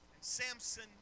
Samson